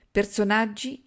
personaggi